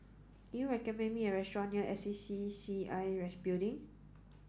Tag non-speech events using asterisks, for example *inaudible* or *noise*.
can you recommend me a restaurant near S C C I *unintelligible* Building